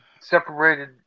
separated